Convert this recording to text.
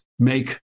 make